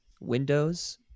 Windows